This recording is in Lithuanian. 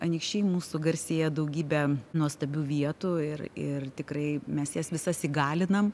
anykščiai mūsų garsėja daugybe nuostabių vietų ir ir tikrai mes jas visas įgalinam